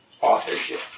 authorship